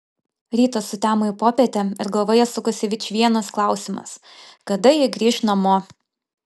rytas sutemo į popietę ir galvoje sukosi vičvienas klausimas kada ji grįš namo